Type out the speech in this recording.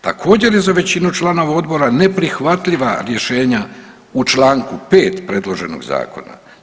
Također je za većinu članova odbora neprihvatljiva rješenja u čl. 5. predloženog zakona.